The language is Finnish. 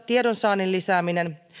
tiedonsaannin lisääminen